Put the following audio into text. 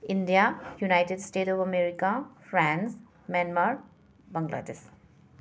India United States of America France Myanmar Bangladesh